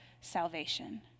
salvation